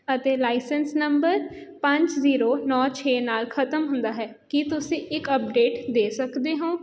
ਅਤੇ license number ਪੰਜ zero ਨੌਂ ਛੇ ਨਾਲ ਖਤਮ ਹੁੰਦਾ ਹੈ ਕੀ ਤੁਸੀਂ ਇੱਕ ਅਪਡੇਟ ਦੇ ਸਕਦੇ ਹੋਂ